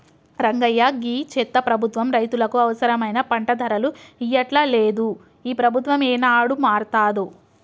రంగయ్య గీ చెత్త ప్రభుత్వం రైతులకు అవసరమైన పంట ధరలు ఇయ్యట్లలేదు, ఈ ప్రభుత్వం ఏనాడు మారతాదో